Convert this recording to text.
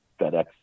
FedEx